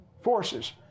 forces